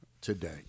today